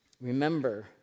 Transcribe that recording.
Remember